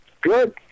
Good